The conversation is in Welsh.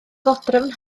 ddodrefn